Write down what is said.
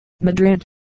Madrid